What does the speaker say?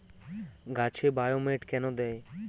গাছে বায়োমেট কেন দেয়?